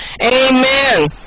amen